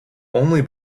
only